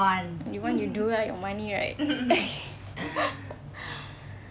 you want you do ah your money right